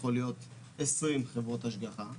יכול להיות ב-20 חברות השגחה,